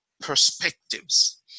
perspectives